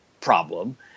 problem